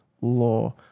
law